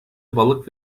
balık